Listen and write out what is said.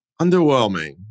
underwhelming